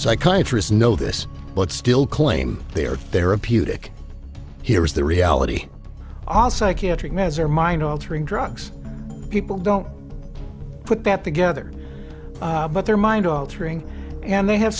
psychiatry's know this but still claim they are therapeutic here's the reality all psychiatric meds are mind altering drugs people don't put that together but they're mind altering and they have